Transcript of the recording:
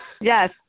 Yes